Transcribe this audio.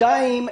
שנית,